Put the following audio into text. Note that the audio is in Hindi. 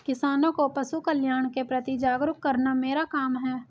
किसानों को पशुकल्याण के प्रति जागरूक करना मेरा काम है